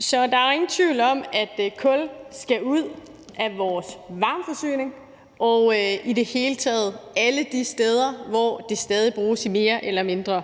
Så der er jo ingen tvivl om, at kul skal ud af vores varmeforsyning – og i det hele taget alle de steder, hvor det stadig bruges i mere eller mindre